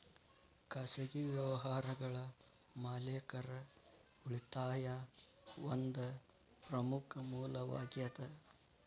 ಖಾಸಗಿ ವ್ಯವಹಾರಗಳ ಮಾಲೇಕರ ಉಳಿತಾಯಾ ಒಂದ ಪ್ರಮುಖ ಮೂಲವಾಗೇದ